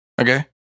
Okay